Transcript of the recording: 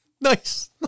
Nice